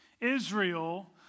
Israel